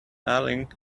darling